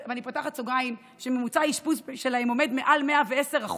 ואני פותחת סוגריים: שממוצע האשפוז שלהם עומד מעל 110%,